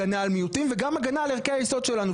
הגנה על מיעוטים וגם הגנה על ערכי היסוד שלנו.